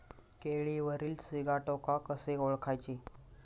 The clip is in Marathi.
केळीवरील सिगाटोका कसे ओळखायचे?